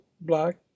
black